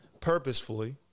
purposefully